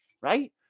right